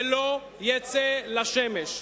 שלא יצא לשמש.